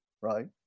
right